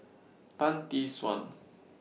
Tan Tee Suan